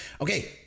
Okay